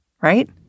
right